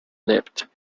leapt